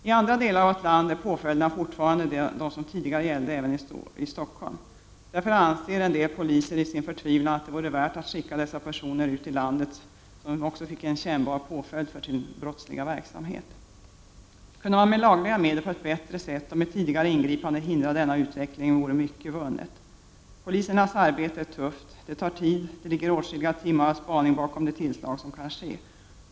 I andra delar av vårt land är påföljderna fortfarande desamma som tidigare, även i Stockholm. Därför anser en del poliser i sin förtvivlan att det vore värt att skicka dessa personer till andra orter ute i landet, så att de också fick uppleva en kännbar påföljd för sin brottsliga verksamhet. Kunde man med lagliga medel på ett bättre sätt och med ett tidigare ingripande hindra denna utveckling, vore mycket vunnet. Polisernas arbete är tufft. Detta arbete tar tid. Det ligger åtskilliga timmar av spaning bakom de tillslag som kan ske.